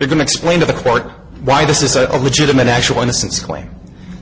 we're going to explain to the court why this is a legitimate actual innocence claim